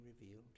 revealed